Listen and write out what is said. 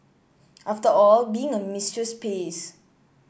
after all being a mistress pays